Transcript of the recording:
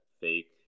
fake